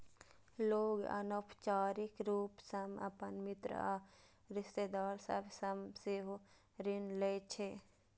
लोग अनौपचारिक रूप सं अपन मित्र या रिश्तेदार सभ सं सेहो ऋण लै छै